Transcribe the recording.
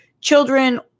children